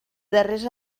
darrers